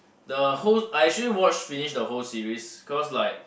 the whole I actually watch finish the whole series cause like